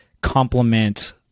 complement